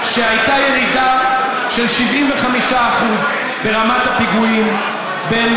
שהייתה ירידה של 75% ברמת הפיגועים בין